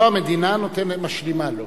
אם לא, המדינה משלימה לו.